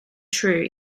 true